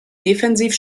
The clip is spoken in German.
defensiv